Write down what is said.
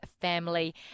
family